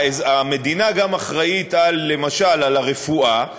המדינה אחראית למשל גם על הרפואה,